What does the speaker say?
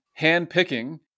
handpicking